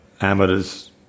amateurs